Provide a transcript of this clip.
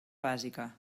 bàsica